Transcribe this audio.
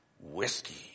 Whiskey